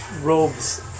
robes